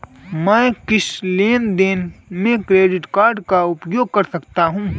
मैं किस लेनदेन में क्रेडिट कार्ड का उपयोग कर सकता हूं?